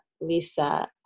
Lisa